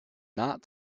not